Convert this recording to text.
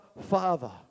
Father